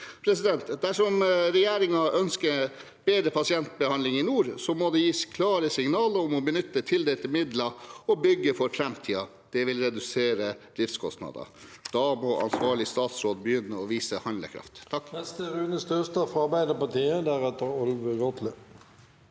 sykehuset. Dersom regjeringen ønsker bedre pasientbehandling i nord, må det gis klare signaler om å benytte tildelte midler og bygge for framtiden – det vil redusere driftskostnader. Da må ansvarlig statsråd begynne å vise handlekraft. Rune